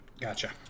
Gotcha